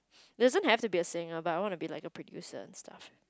doesn't have to be singer but I want to be like a producer and stuff